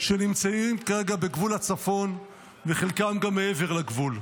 שנמצאים כרגע בגבול הצפון וחלקם גם מעבר לגבול.